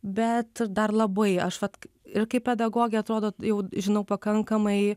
bet dar labai aš vat ir kai pedagogė atrodo jau žinau pakankamai